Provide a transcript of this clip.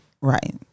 Right